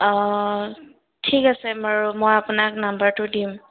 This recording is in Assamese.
অঁ ঠিক আছে বাৰু মই আপোনাক নম্বৰটো দিম